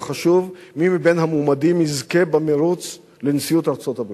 לא חשוב מי מבין המועמדים יזכה במירוץ לנשיאות ארצות-הברית,